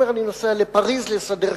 הוא אומר: אני נוסע לפריס לסדר שידוך.